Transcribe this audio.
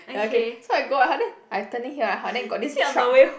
ya okay so I go out then I turning here right then got this truck